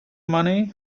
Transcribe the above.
money